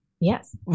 Yes